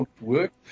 work